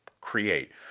create